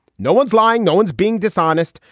no one's lying. no one's being dishonest.